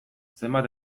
zenbat